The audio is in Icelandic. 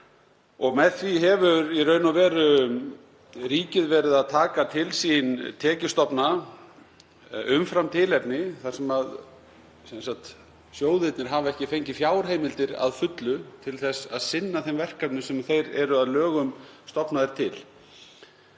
Með því hefur ríkið í raun verið að taka til sín tekjustofna umfram tilefni þar sem sjóðirnir hafa ekki fengið fjárheimildir að fullu til þess að sinna þeim verkefnum sem þeir eru að lögum stofnaðir til.